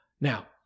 Now